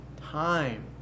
time